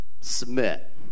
submit